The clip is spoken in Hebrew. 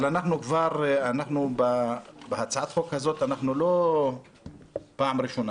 אבל בהצעת החוק הזאת אנחנו לא פעם ראשונה.